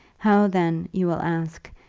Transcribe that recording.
how then, you will ask,